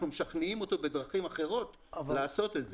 אנחנו משכנעים אותו בדרכים אחרות לעשות את זה.